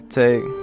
take